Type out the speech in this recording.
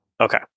Okay